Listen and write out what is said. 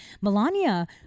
Melania